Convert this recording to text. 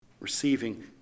receiving